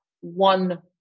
one